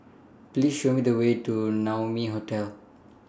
Please Show Me The Way to Naumi Hotel